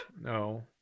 No